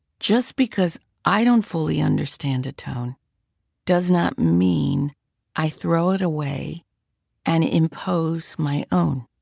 just because i don't fully understand a tone does not mean i throw it away and impose my own.